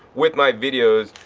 with my videos,